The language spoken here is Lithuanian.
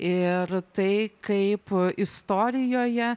ir tai kaip istorijoje